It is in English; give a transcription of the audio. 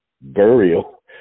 burial